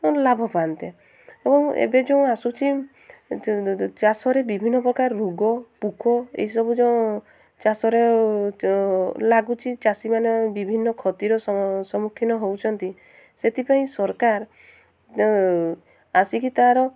ଲାଭ ପାଆନ୍ତେ ଏବଂ ଏବେ ଯେଉଁ ଆସୁଛି ଚାଷରେ ବିଭିନ୍ନ ପ୍ରକାର ରୋଗ ପୋକ ଏଇସବୁ ଯେଉଁ ଚାଷରେ ଲାଗୁଛି ଚାଷୀମାନେ ବିଭିନ୍ନ କ୍ଷତିର ସମ୍ମୁଖୀନ ହେଉଛନ୍ତି ସେଥିପାଇଁ ସରକାର ଆସିକି ତା'ର